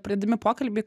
pradėdami pokalbį